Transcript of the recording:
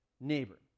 neighbor